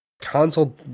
Console